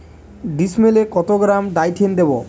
ডিস্মেলে কত gram Dithane দেবো?